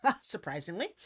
Surprisingly